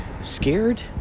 scared